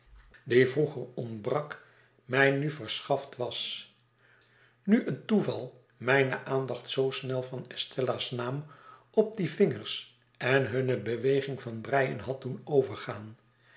die vroeger ontbrak mij nu verschaft was nu een toeval mijne aandacht zoo snel van estella's naam op die vingers en hunne beweging van breien had doen overgaan